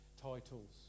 titles